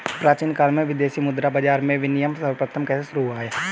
प्राचीन काल में विदेशी मुद्रा बाजार में विनिमय सर्वप्रथम कैसे शुरू हुआ?